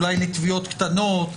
אולי בתביעות קטנות?